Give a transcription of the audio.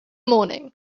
morning